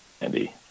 Andy